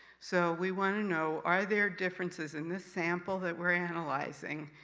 so, we want to know, are there differences in this sample that we're analyzing,